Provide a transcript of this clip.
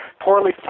poorly